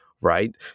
right